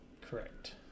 Correct